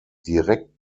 direkt